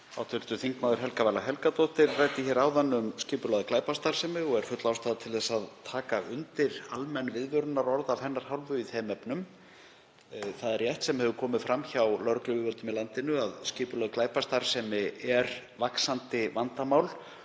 Hv. þm. Helga Vala Helgadóttir ræddi hér áðan um skipulagða glæpastarfsemi og er full ástæða til að taka undir almenn viðvörunarorð af hennar hálfu í þeim efnum. Það er rétt sem hefur komið fram hjá lögregluyfirvöldum í landinu að skipulögð glæpastarfsemi er vaxandi vandamál